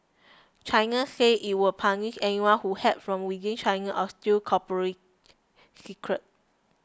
China says it will punish anyone who hacks from within China or steals corporate secrets